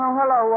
hello